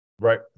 Right